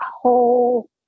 whole